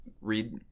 read